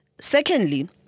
secondly